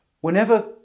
Whenever